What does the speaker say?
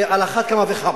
ועל אחת כמה וכמה.